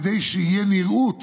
כדי שתהיה נראות